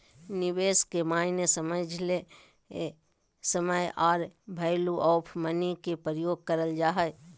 निवेश के मायने समझे ले समय आर वैल्यू ऑफ़ मनी के प्रयोग करल जा हय